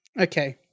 Okay